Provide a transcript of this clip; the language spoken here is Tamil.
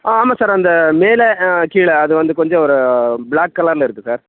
ஆ ஆமாம் சார் அந்த மேலே கீழே அது வந்து கொஞ்சம் ஒரு ப்ளாக் கலரில் இருக்குது சார்